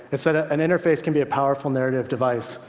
it's that ah an interface can be a powerful narrative device.